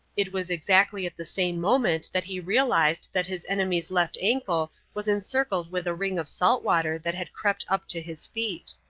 it was exactly at the same moment that he realized that his enemy's left ankle was encircled with a ring of salt water that had crept up to his feet.